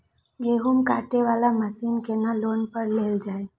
गेहूँ काटे वाला मशीन केना लोन पर लेल जाय?